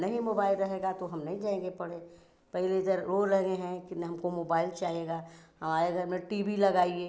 नहीं मोबाइल रहेगा तो हम नहीं जाएँगे पढ़े पहले इधर रो रहे हैं कि नहीं हमको मोबाइल चाहेगा हमारे घर में टी बी लगाइए